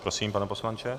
Prosím, pane poslanče.